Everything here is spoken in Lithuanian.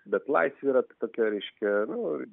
bet laisvė yra ta tokia reiškia nu